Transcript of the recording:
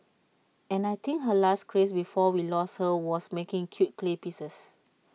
and I think her last craze before we lost her was making cute clay pieces